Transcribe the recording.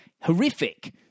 Horrific